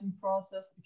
process